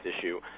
issue